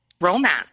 romance